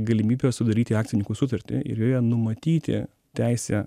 galimybė sudaryti akcininkų sutartį ir joje numatyti teisę